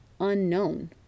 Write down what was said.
unknown